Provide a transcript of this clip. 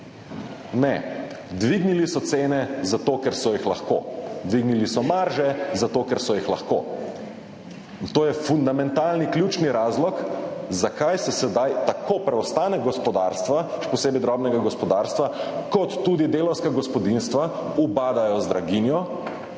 Ne. Dvignili so cene zato, ker so jih lahko. Dvignili so marže zato, ker so jih lahko. In to je fundamentalni, ključni razlog, zakaj se sedaj tako preostanek gospodarstva, še posebej drobnega gospodarstva, kot tudi delavska gospodinjstva ubadajo z draginjo